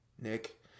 Nick